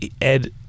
Ed